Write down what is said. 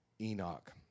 Enoch